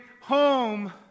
home